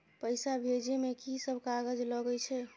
पैसा भेजे में की सब कागज लगे छै?